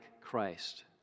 Christ